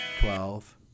twelve